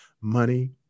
money